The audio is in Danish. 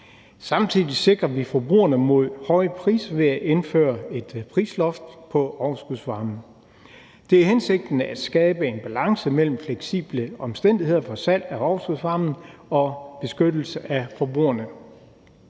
Samtidig sikrer vi forbrugerne mod høje priser ved at indføre et prisloft på overskudsvarmen. Det er hensigten at skabe en balance mellem fleksible omstændigheder for salg af overskudsvarmen og beskyttelse at forbrugerne.